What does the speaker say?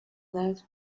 that